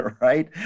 right